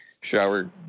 shower